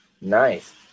Nice